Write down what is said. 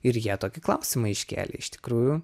ir jie tokį klausimą iškėlė iš tikrųjų